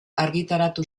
argitaratu